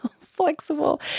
flexible